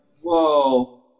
whoa